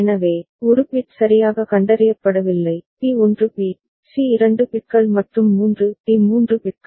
எனவே ஒரு பிட் சரியாக கண்டறியப்படவில்லை பி 1 பிட் சி 2 பிட்கள் மற்றும் 3 டி 3 பிட்கள்